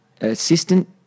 assistant